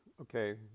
okay